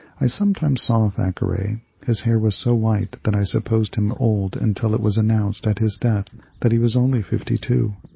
i sometimes saw thackeray his hair was so white that i supposed him old until it was announced at his death that he was only fifty-two.